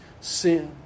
sin